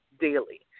daily